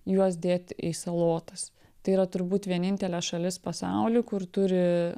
juos dėti į salotas tai yra turbūt vienintelė šalis pasauly kur turi